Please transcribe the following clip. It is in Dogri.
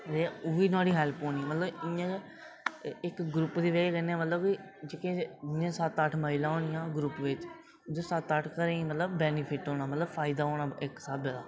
ते ओह्बी नुहाड़ी हैल्प होनी ते ओह्बी इंया गै इक्क ग्रुप दी बजह कन्नै इं'या बी जि'यां सत्त अट्ठ महिलां होनियां ग्रूप बिच ते सत्त अट्ठ घरें गी मतलब बेनीफिट होना मतलब फायदा होना इक्क स्हाबै दा